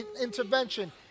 intervention